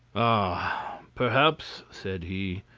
ah! perhaps, said he,